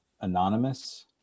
anonymous